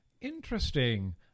interesting